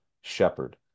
shepherd